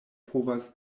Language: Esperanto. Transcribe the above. povas